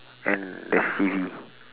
and the C_V